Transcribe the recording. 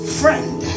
friend